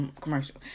commercial